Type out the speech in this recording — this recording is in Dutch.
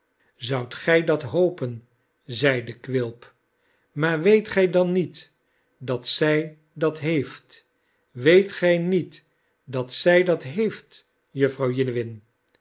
zoudt gij dat hopen zeide quilp maar weet gij dan niet dat zij dat heeft weet gij niet dat zij dat heeft jufvrouw jiniwin